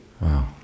Wow